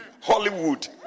Hollywood